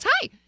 hi